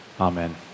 Amen